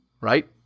right